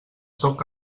sóc